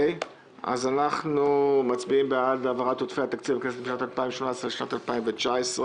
אנחנו מצביעים בעד העברת עודפי תקציב הכנסת משנת 2018 לשנת 2019,